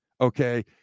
okay